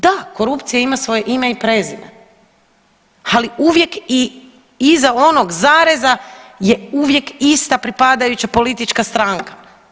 Da, korupcija ima svoje ime i prezime, ali uvijek i iza onog zareza je uvijek ista pripadajuća politička stranka.